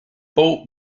boat